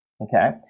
Okay